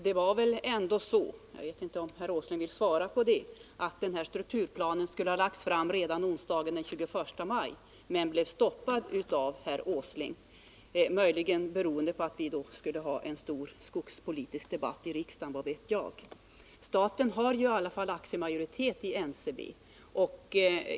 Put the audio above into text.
Det var väl ändå så — jag vet inte om herr Åsling vill svara på det — att den här strukturplanen skulle ha lagts fram redan onsdagen den 21 maj men då blev stoppad av herr Åsling, möjligen beroende på att vi då skulle ha en stor skogspolitisk debatt i riksdagen — vad vet jag. Staten har i alla fall aktiemajoritet i NCB.